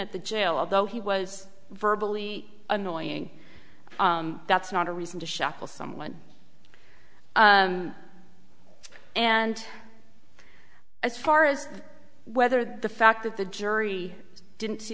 at the jail although he was verbal ie annoying that's not a reason to shackle someone and as far as whether the fact that the jury didn't see